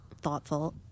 thoughtful